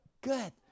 good